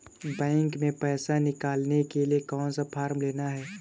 Bank में पैसा निकालने के लिए कौन सा फॉर्म लेना है?